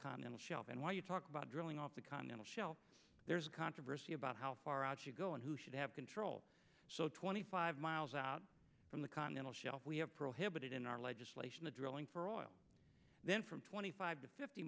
continental shelf and when you talk about drilling off the continental shelf there's a controversy about how far out you go and who should have control so twenty five miles out from the continental shelf we have prohibited in our legislation the drilling for oil then from twenty five to fifty